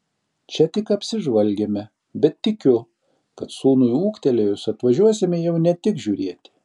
čia tik apsižvalgėme bet tikiu kad sūnui ūgtelėjus atvažiuosime jau ne tik žiūrėti